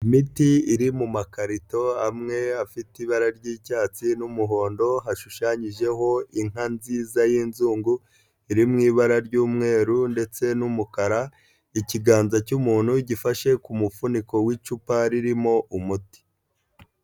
Imiti iri mu makarito amwe afite ibara ry'icyatsi n'umuhondo hashushanyijeho inka nziza y'inzungu iri mu ibara ry'umweru ndetse n'umukara ikiganza cy'umuntu gifashe ku mufuniko w'icupa ririmo umuti.